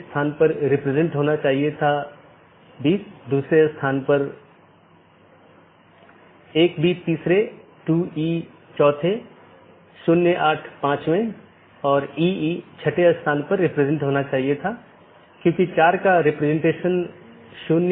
इसलिए open message दो BGP साथियों के बीच एक सेशन खोलने के लिए है दूसरा अपडेट है BGP साथियों के बीच राउटिंग जानकारी को सही अपडेट करना